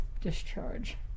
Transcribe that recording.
discharge